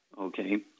okay